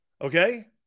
okay